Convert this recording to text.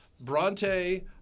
Bronte